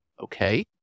okay